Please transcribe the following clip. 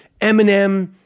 Eminem